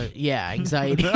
yeah, anxiety. yeah